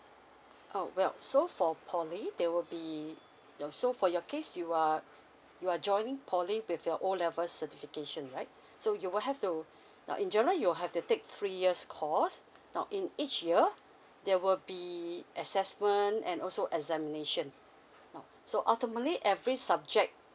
oh well so for poly there will be now so for your case you are you are joining poly with your O level certification right so you will have to now in general you will have to take three years course now in each year there will be assessment and also examination now so ultimately every subject